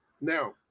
Now